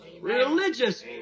religious